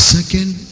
Second